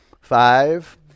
Five